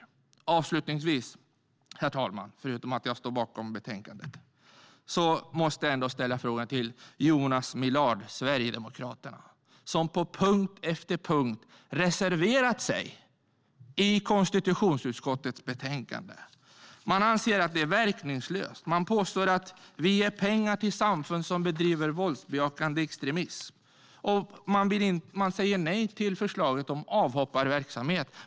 Jag står bakom utskottets förslag i betänkandet. Jag måste avslutningsvis ställa en fråga till Jonas Millard, Sverigedemokraterna, som på punkt efter punkt har reserverat sig i konstitutionsutskottets betänkande. Man anser att det är verkningslöst. Man påstår att vi ger pengar till samfund som bedriver våldsbejakande extremism. Man säger nej till förslaget om avhopparverksamhet.